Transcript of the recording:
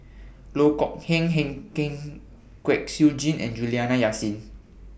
Loh Kok Heng Kwek Siew Jin and Juliana Yasin